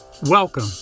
Welcome